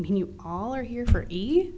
you all are here for e